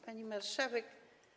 Pani Marszałek!